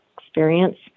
experience